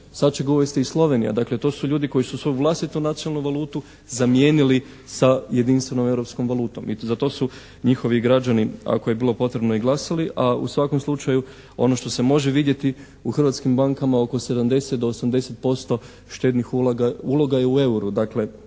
Sad će ga uvesti i Slovenija. Dakle, to su ljudi koji su svoju vlastitu nacionalnu valutu zamijenili sa jedinstvenom europskom valutom i za to su njihovi građani ako je bilo potrebno i glasali a u svakom slučaju ono što se može vidjeti u hrvatskim bankama oko 70 do 80% štednih uloga je u EUR-u.